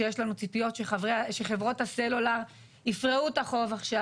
שיש לנו ציפיות שחברות הסלולר יפרעו את החוב עכשיו.